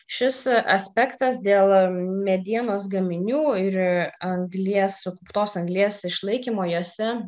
šis aspektas dėl medienos gaminių ir anglies sukauptos anglies išlaikymo juose